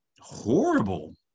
horrible